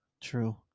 True